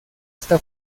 está